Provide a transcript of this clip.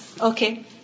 Okay